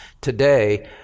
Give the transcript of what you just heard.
today